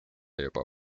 juba